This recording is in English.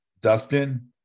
Dustin